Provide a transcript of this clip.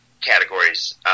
categories